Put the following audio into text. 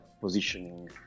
positioning